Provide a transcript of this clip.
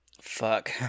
Fuck